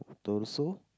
torso